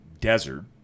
Desert